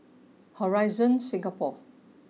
Horizon Singapore